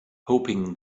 hoping